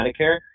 Medicare